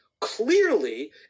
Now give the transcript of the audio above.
clearly